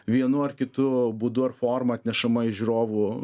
vienu ar kitu būdu ar forma atnešama į žiūrovų